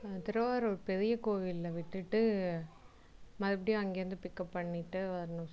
திருவாரூர் பெரிய கோவிலில் விட்டுட்டு மறுபடியும் அங்கேருந்து பிக்கப் பண்ணிட்டு வரணும் சார்